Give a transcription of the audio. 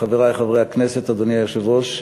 חברי חברי הכנסת, אדוני היושב-ראש,